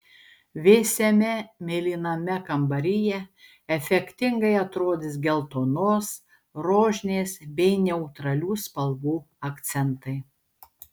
vėsiame mėlyname kambaryje efektingai atrodys geltonos rožinės bei neutralių spalvų akcentai